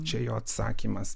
čia jo atsakymas